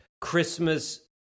christmas